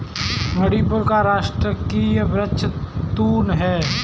मणिपुर का राजकीय वृक्ष तून है